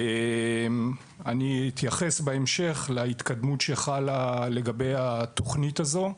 אני אתייחס בהמשך להתקדמות שחלה לגבי התוכנית הזו,